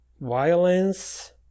violence